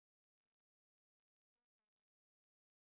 honey is written there honey that's all